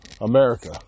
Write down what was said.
America